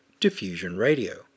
diffusionradio